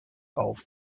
auf